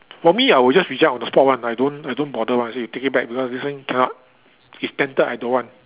for me I will just reject on the spot one I don't I don't bother one I say you take it back because this one cannot it's tainted I don't want